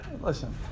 listen